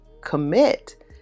commit